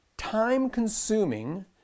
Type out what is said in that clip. time-consuming